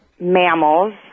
mammals